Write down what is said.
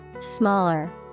smaller